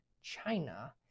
China